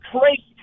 crazy